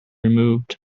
removed